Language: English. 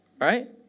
right